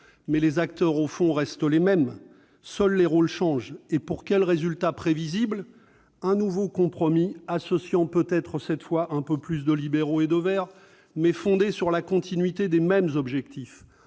mais les acteurs restent les mêmes ; seuls les rôles changent. Et pour quel résultat prévisible ? Un nouveau compromis, associant peut-être cette fois un peu plus de libéraux et de verts, mais fondé sur la continuité des mêmes objectifs.